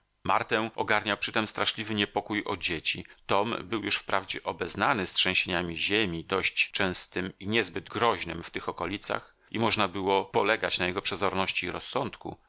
martę ogarniał przytem straszliwy niepokój o dzieci tom był już wprawdzie obeznany z trzęsieniem ziemi dość częstem i niezbyt groźnem w tych okolicach i można było polegać na jego przezorności i rozsądku